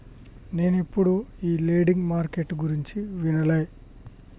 నేనెప్పుడు ఈ lending market గురించి వినలే